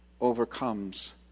overcomes